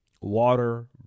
water